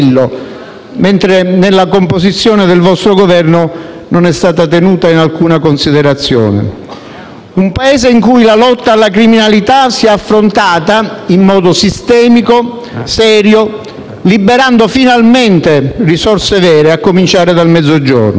mentre nella composizione del vostro Governo non è stata tenuta in alcuna considerazione. Un Paese in cui la lotta alla criminalità sia affrontata in modo sistemico, serio, liberando finalmente risorse vere, a cominciare dal Mezzogiorno;